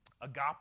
agape